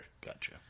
Gotcha